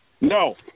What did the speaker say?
No